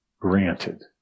granted